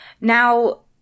Now